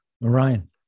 Ryan